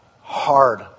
hard